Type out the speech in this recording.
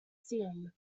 scene